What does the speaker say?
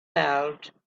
felt